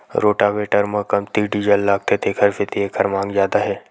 rotavator म कमती diesel लागथे तेखर सेती एखर मांग जादा हे